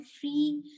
free